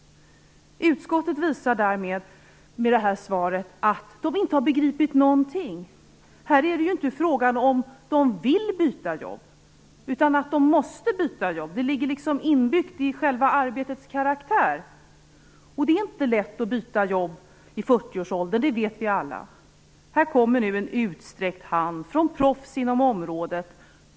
Utskottet visar med det svaret att man inte har begripit någonting. Det är inte fråga om de vill byta jobb, utan att de måste byta jobb. Det ligger inbyggt i själva arbetets karaktär. Det är inte lätt att byta jobb i 40-årsåldern. Det vet vi alla. Här kommer en utsträckt hand från proffs inom området.